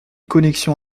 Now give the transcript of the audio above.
connexion